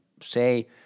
say